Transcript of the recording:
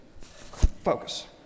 focus